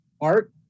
art